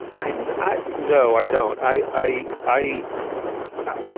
i mean i know i don't i i i i